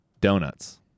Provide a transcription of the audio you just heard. Donuts